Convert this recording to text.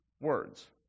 words